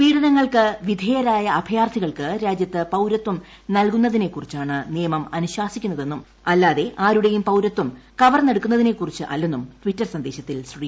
പീഢനങ്ങൾക്കു വിധ്യേരിട്ടിയ് അഭയാർത്ഥികൾക്ക് രാജ്യത്ത് പൌരത്വം നൽകൂസ്സ്തിനെ കുറിച്ചാണ് നിയമം അനുശാസിക്കുന്നതെന്നു് അല്ലാതെ ആരുടേയും പൌരത്വം കവർന്നെടുക്കുന്നതിനെക്കുറിച്ചല്ലെന്നും ടിറ്റർ സന്ദേശത്തിൽ ശ്രീ